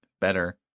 better